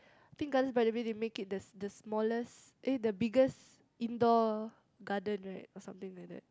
I think Gardens-by-the-Bay they make it the the smallest eh the biggest indoor garden right or something like that